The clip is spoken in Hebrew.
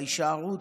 ההישארות.